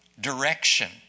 Direction